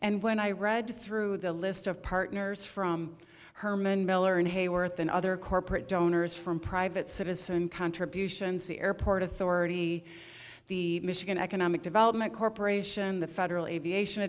and when i read through the list of partners from herman miller and hayworth and other corporate donors from private citizen contributions the airport authority the michigan economic development corporation the federal aviation